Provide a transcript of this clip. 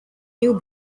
new